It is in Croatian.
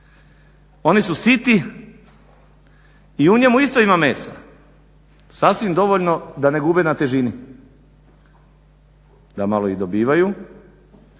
Oni su siti i u njemu isto ima mesa sasvim dovoljno da ne gube na težini, da malo i dobivaju,